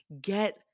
Get